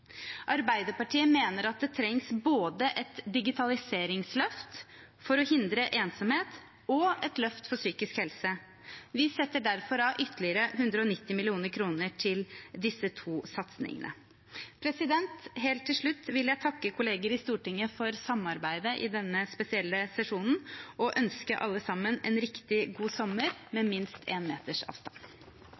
Arbeiderpartiet mener at det trengs både et digitaliseringsløft for å hindre ensomhet og et løft for psykisk helse. Vi setter derfor av ytterligere 190 mill. kr til disse to satsingene. Helt til slutt vil jeg takke kolleger i Stortinget for samarbeidet i denne spesielle sesjonen og ønske alle sammen en riktig god sommer, med minst én meters avstand.